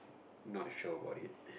not sure about it